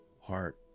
heart